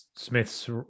Smith's